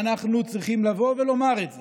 ואנחנו צריכים לבוא ולומר את זה,